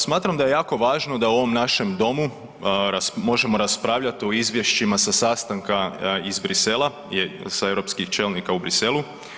Smatram da je jako važno da u ovom našem Domu možemo raspravljati o Izvješćima sa sastanka iz Bruxellesa, sa europskih čelnika u Bruxellesu.